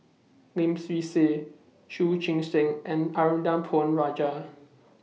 Lim Swee Say Chu Chee Seng and Arumugam Ponnu Rajah